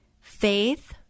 faith